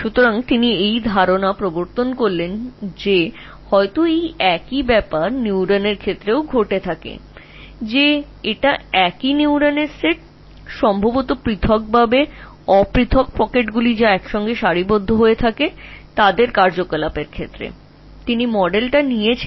সুতরাং তিনি ধারণাটি এনেছিলেন যে নিউরনগুলির সাথে একই ঘটনা ঘটতে পারে এটি একই নিউরনের সেট যা বিভিন্ন পকেটে বিভিন্নভাবে একত্রিত থাকতে পারে যা তাদের ক্রিয়াকলাপের সাথে একত্রিত হয়